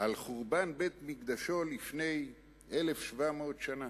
על חורבן בית-מקדשו לפני 1,700 שנה.